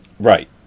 Right